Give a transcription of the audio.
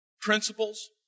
principles